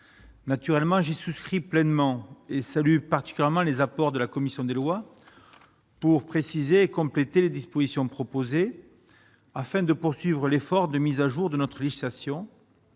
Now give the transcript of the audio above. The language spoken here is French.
naturellement j'y souscris pleinement et salue particulièrement les apports de la commission des lois pour préciser et compléter les dispositions proposées afin de poursuivre l'effort de mise à jour de notre législation